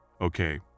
Okay